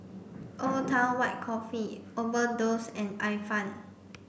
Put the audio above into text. Old Town White Coffee Overdose and Ifan